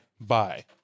Bye